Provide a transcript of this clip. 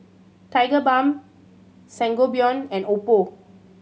Tigerbalm Sangobion and Oppo